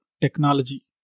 technology